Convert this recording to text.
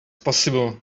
possible